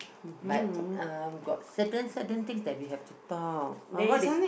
but uh got certain certain things that we have to talk ah what is